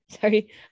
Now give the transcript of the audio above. sorry